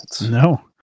No